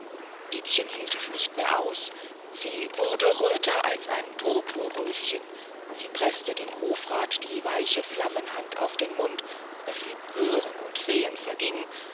hielt es nicht mehr aus sie wurde röter als ein purpurröschen sie preßte dem hofrat die weiche flammenhand auf den mund daß ihm hören und sehen verging